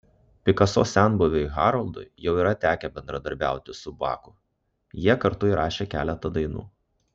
pikaso senbuviui haroldui jau yra tekę bendradarbiauti su baku jie kartu įrašė keletą dainų